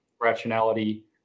rationality